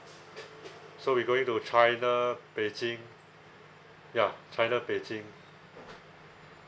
so we going to china beijing ya china beijing